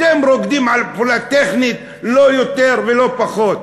אתם רוקדים על פעולה טכנית, לא יותר ולא פחות.